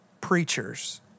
preachers